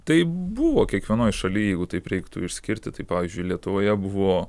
tai buvo kiekvienoj šaly jeigu taip reiktų išskirti tai pavyzdžiui lietuvoje buvo